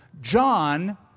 John